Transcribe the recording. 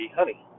honey